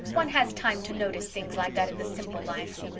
one has time to notice things like that in the simple life.